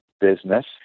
business